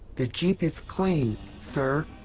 the jeep is clean, sir!